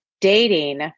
dating